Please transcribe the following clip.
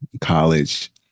college